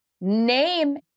name